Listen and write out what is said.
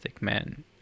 man